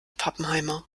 pappenheimer